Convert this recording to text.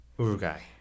Uruguay